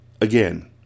Again